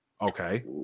Okay